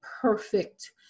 perfect